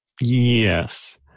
Yes